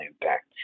impact